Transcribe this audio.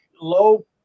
low